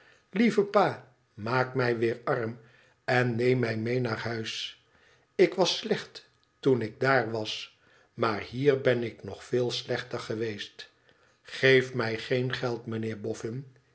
lieve pa maak mij weer arm en neem mij mee naar huis ik was slecht toen ik daar was maar hier ben ik nog veel slechter geweest geef mij geen geld mijnheer boffin